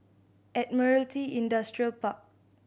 Admiralty Industrial Park